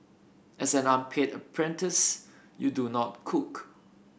as an unpaid apprentice you do not cook